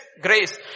grace